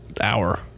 hour